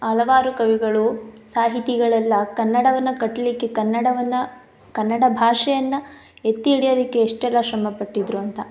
ಹಲವಾರು ಕವಿಗಳು ಸಾಹಿತಿಗಳೆಲ್ಲ ಕನ್ನಡವನ್ನು ಕಟ್ಲಿಕ್ಕೆ ಕನ್ನಡವನ್ನು ಕನ್ನಡ ಭಾಷೆಯನ್ನು ಎತ್ತಿ ಹಿಡಿಯಲಿಕ್ಕೆ ಎಷ್ಟೆಲ್ಲ ಶ್ರಮ ಪಟ್ಟಿದ್ರು ಅಂತ